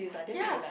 yea